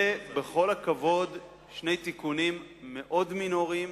אלה, בכל הכבוד, שני תיקונים מאוד מינוריים